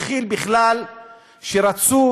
התחיל בכלל כשרצו